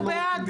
אנחנו בעד,